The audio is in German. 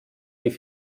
wie